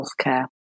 healthcare